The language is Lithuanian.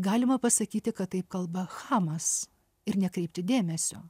galima pasakyti kad taip kalba chamas ir nekreipti dėmesio